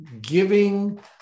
giving